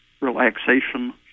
relaxation